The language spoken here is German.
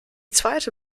zweite